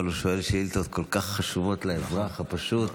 אבל הוא שואל שאילתות כל כך חשובות לאזרח הפשוט.